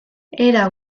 era